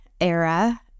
era